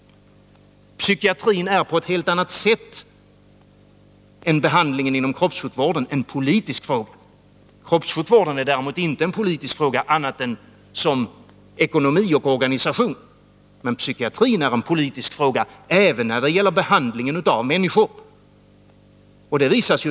Psykiatrin är på ett helt annat sätt än behandlingen inom kroppssjukvården en politisk fråga. Kroppssjukvården är inte en politisk fråga annat än när det gäller ekonomi och organisation. Men psykiatrin är en politisk fråga även när det gäller behandling av människor.